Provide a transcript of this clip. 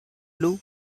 blue